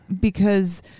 because-